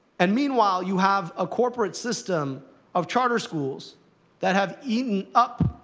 and meanwhile, you have a corporate system of charter schools that have eaten up